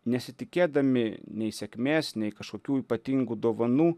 nesitikėdami nei sėkmės nei kažkokių ypatingų dovanų